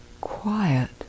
quiet